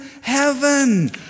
heaven